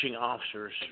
officers